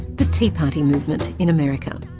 the tea party movement in america.